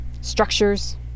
structures